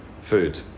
Food